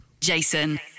Jason